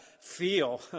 feel